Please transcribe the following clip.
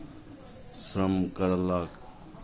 श्रम करलक